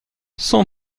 son